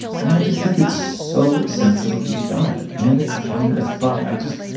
and i just think it's so sensitively done and it's funny as fuck i just